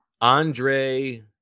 Andre